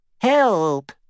Help